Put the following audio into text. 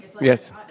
Yes